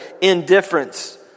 indifference